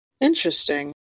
Interesting